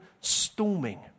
storming